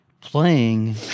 playing